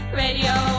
radio